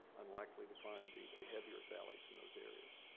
unlikely to find the the heavier phthalates in those areas.